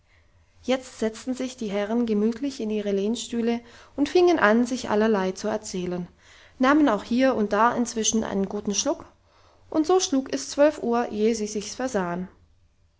jetzt setzten sich die herren gemütlich in ihre lehnstühle und fingen an sich allerlei zu erzählen nahmen auch hier und da dazwischen einen guten schluck und so schlug es zwölf uhr eh sie sich's versahen